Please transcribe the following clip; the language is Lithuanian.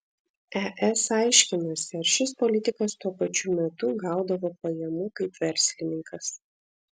es aiškinasi ar šis politikas tuo pačiu metu gaudavo pajamų kaip verslininkas